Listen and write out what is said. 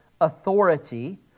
authority